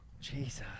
Jesus